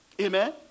Amen